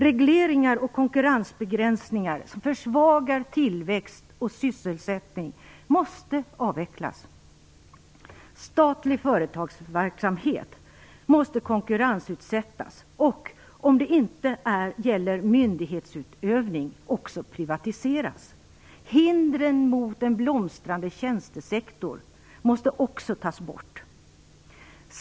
Regleringar och konkurrensbegränsningar som försvagat tillväxt och sysselsättning måste avvecklas. Statlig företagsverksamhet måste konkurrensutsättas och, om det inte gäller myndighetsutövning, privatiseras. Hindren mot en blomstrande tjänstesektor måste också tas bort.